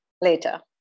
later